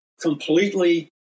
completely